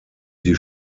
die